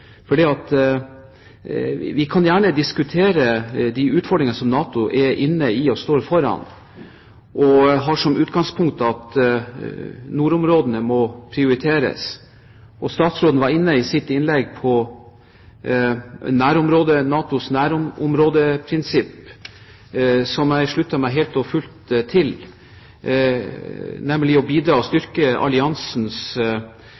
inne i, og står foran, og ha som utgangspunkt at nordområdene må prioriteres. Statsråden var i sitt innlegg inne på NATOs nærområdeprinsipp, som jeg slutter meg helt og fullt til, nemlig å bidra til å styrke alliansens situasjonsforståelse og